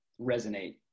resonate